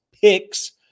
Picks